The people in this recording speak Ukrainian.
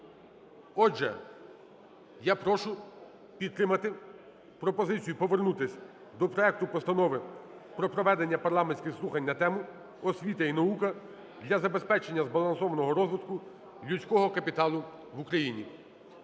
Отже, я прошу підтримати пропозицію повернутися до проекту Постанови про проведення парламентських слухань на тему: "Освіта і наука для забезпечення збалансованого розвитку людського капіталу в Україні".